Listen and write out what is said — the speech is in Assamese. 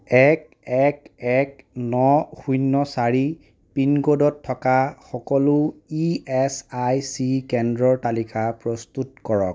এক এক এক ন শূন্য চাৰি পিনক'ডত থকা সকলো ই এছ আই চি কেন্দ্ৰৰ তালিকা প্ৰস্তুত কৰক